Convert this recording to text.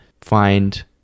find